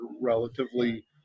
relatively